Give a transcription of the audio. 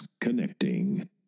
Connecting